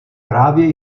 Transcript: právě